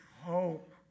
hope